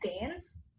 dance